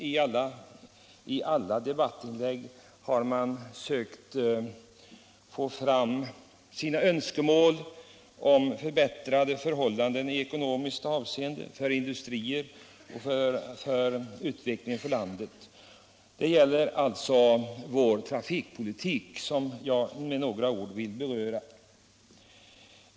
I så gott som alla debattinlägg har frågan om det ekonomiska läget för industrin och för sysselsättningen i landet berörts. Trafikpolitiken är nära förknippad härmed.